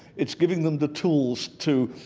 it's giving them the tools to,